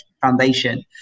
Foundation